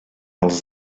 als